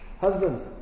Husbands